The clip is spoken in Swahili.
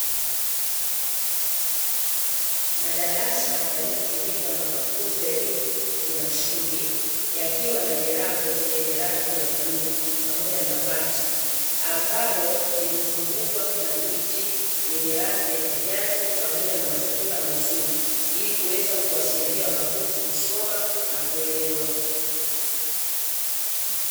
Madarasa yanayotumika na wanafunzi wa elimu ya msingi, yakiwa na milango yenye rangi ya bluu pamoja na bati; ambalo limezungukwa na miti yenye rangi ya kijani pamoja na mazingira mazuri, ili kuweza kuwasaidia wanafunzi kusoma na kuelewa.